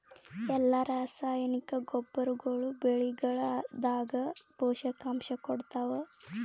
ಎಲ್ಲಾ ರಾಸಾಯನಿಕ ಗೊಬ್ಬರಗೊಳ್ಳು ಬೆಳೆಗಳದಾಗ ಪೋಷಕಾಂಶ ಕೊಡತಾವ?